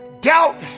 Doubt